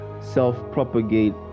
self-propagate